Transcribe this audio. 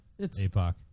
APOC